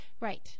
Right